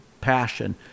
passion